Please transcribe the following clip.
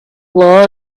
law